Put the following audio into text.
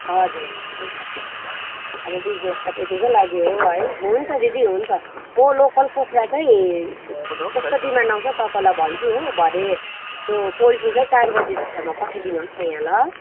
हजुर त्यही त अब बिजनेस त त्यतिकै लागि हो है हुन्छ दिदी हुन्छ म लोकल कुखुरा चाहिँ जस्तो डिमान्ड आउँछ तपाईँलाई भन्छु हो भरे त्यो पोल्ट्री चाहिँ चार बजीभित्रमा पठाइदिनु होस् न यहाँ ल